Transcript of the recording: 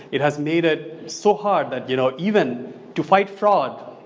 it has made it so hard that you know, even to fight fraud,